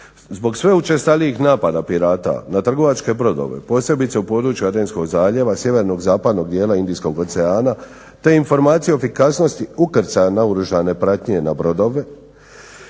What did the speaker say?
Zbog sve učestalijih napada pirata na trgovačke brodove, posebice u području Adenskog zaljeva, sjevernog, zapadnog dijela Indijskog oceana te informacije o efikasnosti ukrcaja naoružane pratnje na brodove